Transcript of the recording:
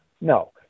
no